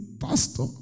pastor